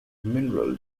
mineral